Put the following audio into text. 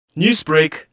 Newsbreak